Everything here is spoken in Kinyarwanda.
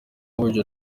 wahuje